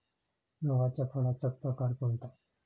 गव्हाच्या फळाचा प्रकार कोणता?